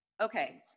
Okay